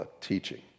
teaching